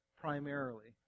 primarily